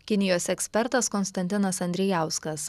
kinijos ekspertas konstantinas andrijauskas